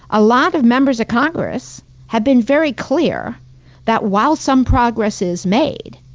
a lot of members of congress have been very clear that while some progress is made,